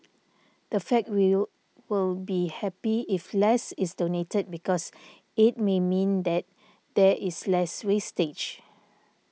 in fact we'll will be happy if less is donated because it may mean that there is less wastage